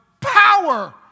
power